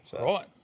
Right